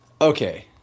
Okay